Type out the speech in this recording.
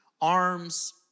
arms